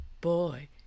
boy